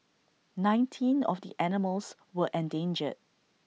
nineteen of the animals were endangered